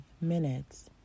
minutes